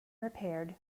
repaired